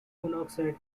monoxide